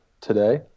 today